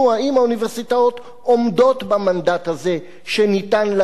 האם האוניברסיטאות עומדות במנדט הזה שניתן להן